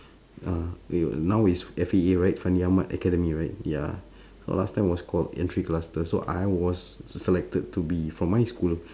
uh wait now is F_A_A right fandi-ahmad academy right ya so last time was called entry cluster so I was s~ selected to be for my school